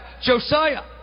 Josiah